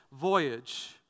voyage